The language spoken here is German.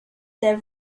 der